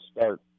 start